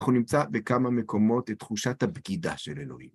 אנחנו נמצא בכמה מקומות את תחושת הבגידה של אלוהים.